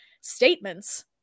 statements